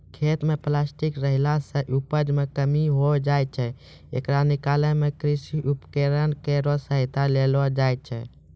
खेत म प्लास्टिक रहला सें उपज मे कमी होय जाय छै, येकरा निकालै मे कृषि उपकरण केरो सहायता लेलो जाय छै